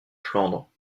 flandre